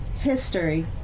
History